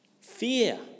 fear